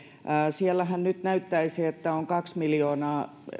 siellähän nyt näyttäisi että on kaksi miljoonaa